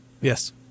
yes